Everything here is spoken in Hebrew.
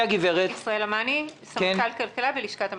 אני סמנכ"ל כלכלה בלשכת המסחר.